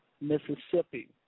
Mississippi